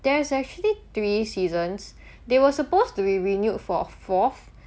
there's actually three seasons they were supposed to be renewed for fourth